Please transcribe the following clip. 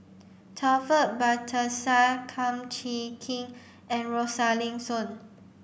Taufik Batisah Kum Chee Kin and Rosaline Soon